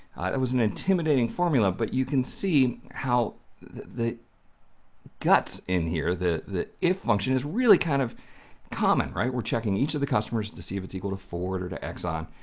it was an intimidating formula, but you can see how the guts in here, the the if function is really kind of common, right? we're checking each of the customers to see if it's equal to ford or to exxon,